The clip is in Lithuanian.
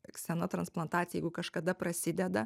kseno transplantacija jeigu kažkada prasideda